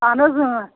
اہن حظ اۭں